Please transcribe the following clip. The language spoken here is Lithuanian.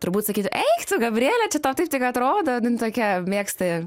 turbūt sakytų eik tu gabriele čia tau taip tik atrodo tokia mėgsta